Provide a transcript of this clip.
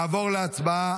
חברי הכנסת, נעבור להצבעה.